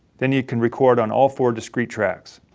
then you can record on all four discrete tracks.